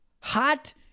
hot